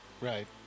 Right